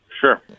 Sure